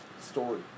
story